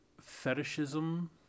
fetishism